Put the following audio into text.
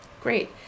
Great